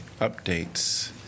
Updates